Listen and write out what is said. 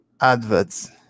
adverts